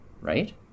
right